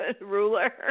Ruler